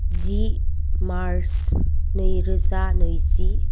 जि Mars नैरोजा नैजि